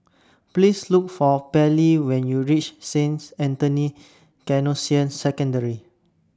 Please Look For Pairlee when YOU REACH Saint Anthony's Canossian Secondary